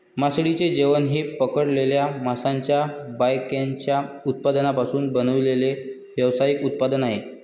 मासळीचे जेवण हे पकडलेल्या माशांच्या बायकॅचच्या उत्पादनांपासून बनवलेले व्यावसायिक उत्पादन आहे